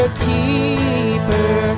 keeper